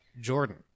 Jordan